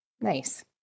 Nice